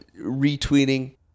retweeting